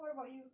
what about you